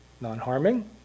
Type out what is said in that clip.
non-harming